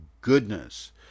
goodness